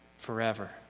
forever